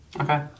Okay